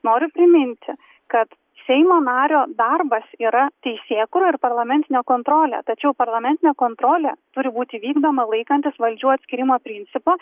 noriu priminti kad seimo nario darbas yra teisėkūra ir parlamentinė kontrolė tačiau parlamentinė kontrolė turi būti vykdoma laikantis valdžių atskyrimo principo